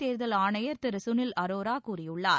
தேர்தல் ஆணையர் திரு சுனில் அரோரா கூறியுள்ளார்